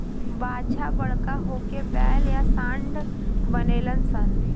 बाछा बड़का होके बैल या सांड बनेलसन